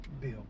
bill